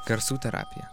garsų terapija